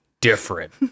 different